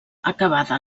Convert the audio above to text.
acabada